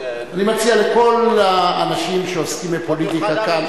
אני מציע לכל האנשים שעוסקים בפוליטיקה כאן,